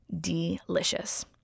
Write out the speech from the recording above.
delicious